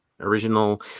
original